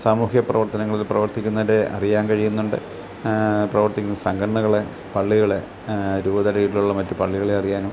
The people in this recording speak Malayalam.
സാമൂഹ്യ പ്രവർത്തനങ്ങളിൽ പ്രവർത്തിക്കുന്നതിൻ്റെ അറിയാൻ കഴിയുന്നുണ്ട് പ്രവർത്തിക്കുന്ന സംഘടനകളെ പള്ളികളെ രൂപതയുടെ കീഴിലുള്ള മറ്റു പള്ളികളെ അറിയാനും